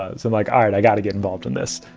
ah, so i'm like, alright, i got to get involved in this.